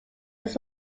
its